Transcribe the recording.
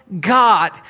God